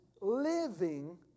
living